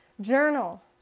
Journal